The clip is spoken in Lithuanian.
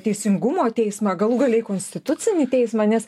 teisingumo teismą galų gale į konstitucinį teismą nes